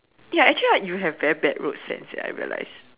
ya actually right you have very bad road sense eh I realized